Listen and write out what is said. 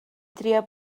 drio